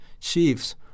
chiefs